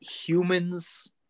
humans